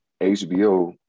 HBO